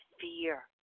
fear